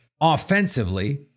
offensively